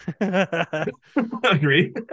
agree